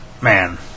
man